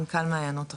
מנכ"ל מעיינות החוף,